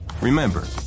Remember